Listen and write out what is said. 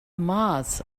mars